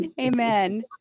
Amen